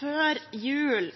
Før jul